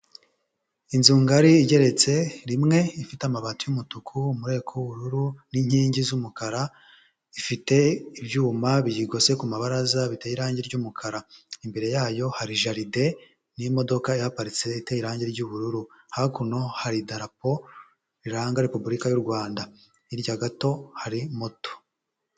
Inzu ngari igeretse rimwe, ifite amabati y'umutuku, umureko w'ubururu, n'inkingi z'umukara, ifite ibyuma biyigose ku mabaraza biteye irangi ry'umukara, imbere yayo hari jaride n'imodoka ihaparitse, iteye irangi ry'ubururu, hakuno hari idarapo riranga Repubulika y'u Rrwanda, hirya gato hari moto.